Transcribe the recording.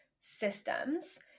systems